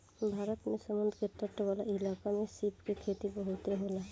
भारत में समुंद्र के तट वाला इलाका में सीप के खेती बहुते होला